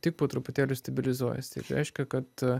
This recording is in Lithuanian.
tik po truputėlį stabilizuojasi tai reiškia kad